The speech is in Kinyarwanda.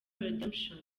redemption